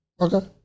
Okay